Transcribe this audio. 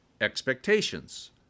expectations